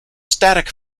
static